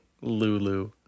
Lulu